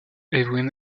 erwin